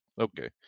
Okay